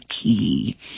key